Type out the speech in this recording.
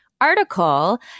article